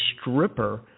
stripper